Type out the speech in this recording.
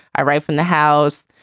i write from the house.